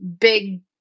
big